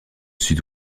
sud